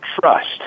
trust